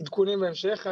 עדכונים בהמשך".